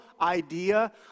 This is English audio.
idea